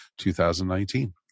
2019